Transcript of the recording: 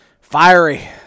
Fiery